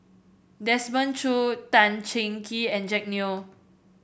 Desmond Choo Tan Cheng Kee and Jack Neo